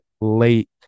late